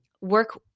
work